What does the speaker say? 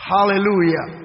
Hallelujah